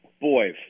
boys